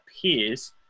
appears